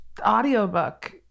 audiobook